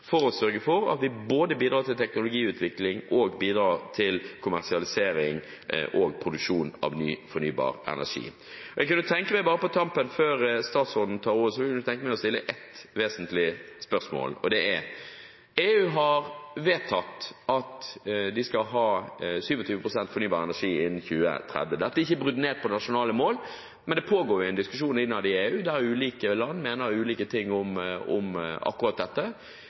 for å sørge for at vi både bidrar til teknologiutvikling og bidrar til kommersialisering og produksjon av ny fornybar energi. Jeg kunne bare på tampen tenke meg å stille ett vesentlig spørsmål før statsråden tar ordet. EU har vedtatt at de skal ha 27 pst. fornybar energi innen 2030. Dette er ikke brutt ned i nasjonale mål, men det pågår en diskusjon innad i EU der ulike land mener ulike ting om akkurat dette.